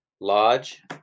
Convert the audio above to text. lodge